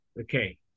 okay